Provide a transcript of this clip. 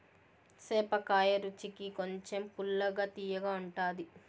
సేపకాయ రుచికి కొంచెం పుల్లగా, తియ్యగా ఉంటాది